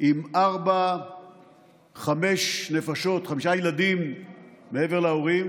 עם ארבע-חמש נפשות, חמישה ילדים מעבר להורים,